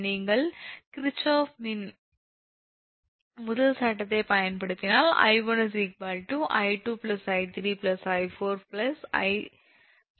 நீங்கள் Kirchhoff இன் முதல் சட்டத்தைப் பயன்படுத்தினால் 𝐼1 𝑖2𝑖3𝑖4𝑖5𝑖6𝑖7𝑖8